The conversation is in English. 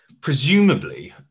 presumably